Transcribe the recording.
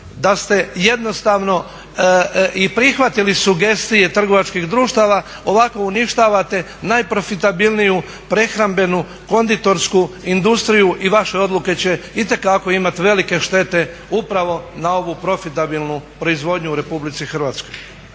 da ste jednostavno i prihvatili sugestije trgovačkih društava. Ovako uništavate najprofitabilniju prehrambenu konditorsku industriju i vaše odluke će itekako imat velike štete upravo na ovu profitabilnu proizvodnju u Republici Hrvatskoj.